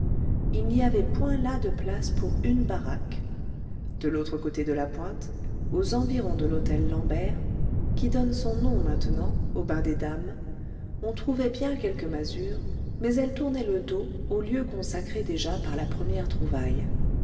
il n'y avait point là de place pour une baraque de l'autre côté de la pointe aux environs de l'hôtel lambert qui donne son nom maintenant aux bains des dames on trouvait bien quelques masures mais elles tournaient le dos au lieu consacré déjà par la première trouvaille